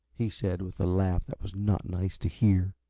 he said, with a laugh that was not nice to hear.